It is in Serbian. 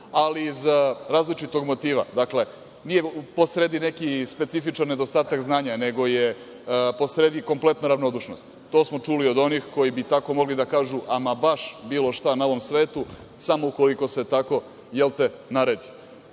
ali iz različitog motiva. Dakle, nije po sredi neki specifičan nedostatak znanja, nego je po sredi kompletna ravnodušnost. To smo čuli od onih koji bi tako mogli da kažu ama baš bilo šta na ovom svetu samo ukoliko se tako naredi. Dokaz